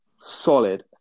solid